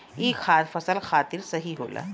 ई खाद फसल खातिर सही होला